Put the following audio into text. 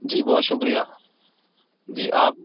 جی بہت شکریہ جی آپ